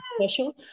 special